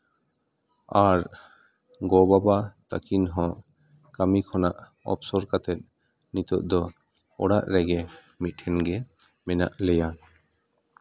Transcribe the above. ᱟᱨ ᱜᱚᱜᱚᱼᱵᱟᱵᱟ ᱛᱟᱹᱠᱤᱱ ᱦᱚᱸ ᱠᱟᱹᱢᱤ ᱠᱷᱚᱱᱟᱜ ᱚᱯᱥᱚᱨ ᱠᱟᱛᱮᱫ ᱱᱤᱛᱚᱜ ᱫᱚ ᱚᱲᱟᱜ ᱨᱮᱜᱮ ᱢᱤᱫ ᱴᱷᱮᱱᱜᱮ ᱢᱮᱱᱟᱜ ᱞᱮᱭᱟ